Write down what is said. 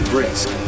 Brisk